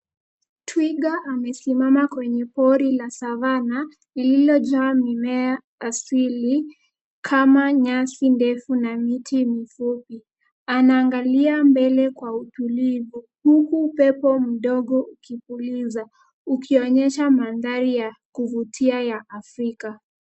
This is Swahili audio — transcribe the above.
Twiga amesimama kwenye pori la Savana lililo jaa mimea asili kama nyasi ndefu na miti mifupi. Anaangalia mbele kwa utulivu huku upepo mdogo ukipuliza ukionyesha madhari ya kuvutia ya Afrika.